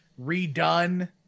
redone